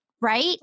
right